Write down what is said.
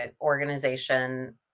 organization